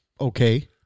okay